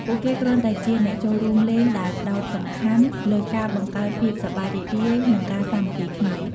ពួកគេគ្រាន់តែជា អ្នកចូលរួមលេង ដែលផ្ដោតសំខាន់លើការបង្កើតភាពសប្បាយរីករាយ និងការសាមគ្គីគ្នា។